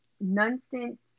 nonsense